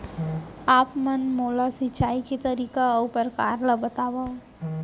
आप मन मोला सिंचाई के तरीका अऊ प्रकार ल बतावव?